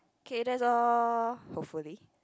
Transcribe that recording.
K that's all hopefully